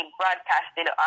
broadcasted